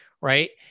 right